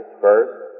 First